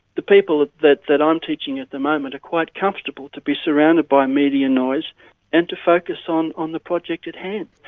the people that that i'm teaching at the moment are quite comfortable to be surrounded by media noise and to focus on on the project at hand.